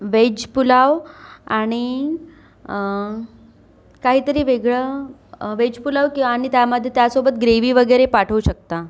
veg pulao आणि काहीतरी वेगळं व्हेज पुलाव किंवा आणि त्यामध्ये त्यासोबत ग्रेव्ही वगैरे पाठवू शकता